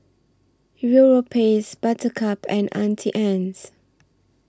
Europace Buttercup and Auntie Anne's